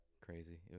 crazy